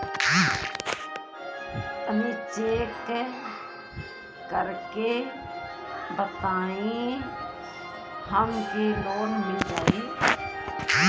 तनि चेक कर के बताई हम के लोन मिल जाई?